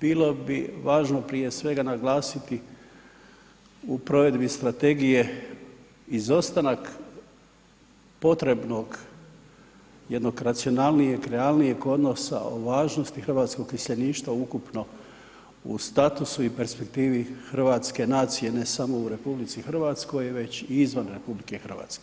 bilo bi važno prije svega naglasiti u provedbi strategije izostanak potrebno jednog racionalnijeg, realnijeg odnosa o važnosti hrvatskog iseljeništva ukupno u statusu i perspektivi hrvatske nacije ne samo u RH već i izvan RH.